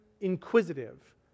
inquisitive